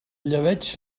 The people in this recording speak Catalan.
llebeig